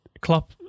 Klopp